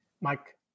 mike